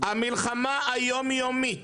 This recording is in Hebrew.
המלחמה היום יומית